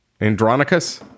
Andronicus